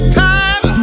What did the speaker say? time